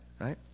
right